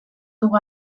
dugu